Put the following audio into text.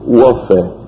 warfare